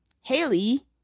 Haley